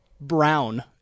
Brown